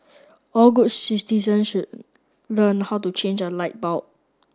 all good citizens should learn how to change a light bulb